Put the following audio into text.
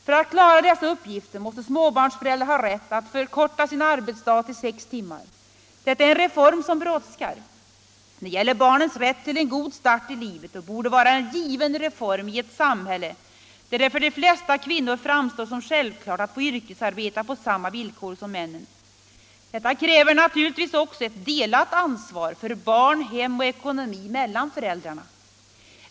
För att klara dessa uppgifter måste småbarnsföräldrar ha rätt att förkorta sin arbetsdag till sex timmar. Detta är en reform som brådskar. Det gäller barnens rätt till en god start i livet och borde vara en given reform i ett samhälle där det för de flesta kvinnor framstår som självklart att få yrkesarbeta på samma villkor som männen. Detta kräver naturligtvis också ett delat ansvar mellan föräldrarna för barn, hem och ekonomi.